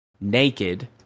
naked